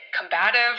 combative